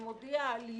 ומודיע על יולי,